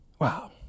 Wow